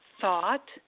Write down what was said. thought